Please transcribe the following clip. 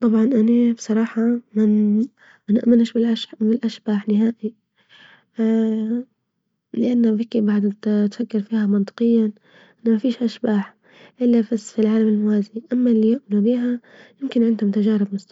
طبعا أني بصراحة من منؤمنش بالأشب بالأشباح نهائي لأنه بكي بعد تفكر فيها منطقيا إن مفيش أشباح إلا بس في العالم الموازي أما اللي يؤمنوا بيها يمكن عندهم تجارب مس